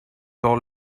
tall